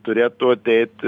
turėtų ateit